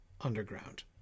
underground